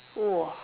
!wah!